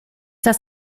das